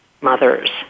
mothers